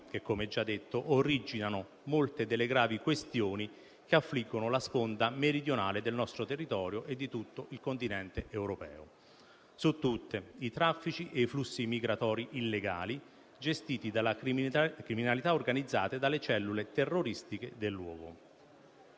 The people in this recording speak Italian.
che - come già detto - originano molte delle gravi questioni che affliggono la sponda meridionale del nostro territorio e di tutto il continente europeo: su tutte, i traffici e i flussi migratori illegali gestiti dalla criminalità organizzata e dalle cellule terroristiche del luogo.